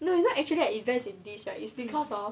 you know I actually invest in this right is because hor